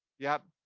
yep.